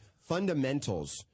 Fundamentals